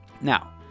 Now